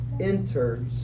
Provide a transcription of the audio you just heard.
enters